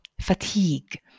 fatigue